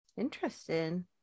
interesting